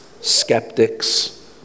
skeptics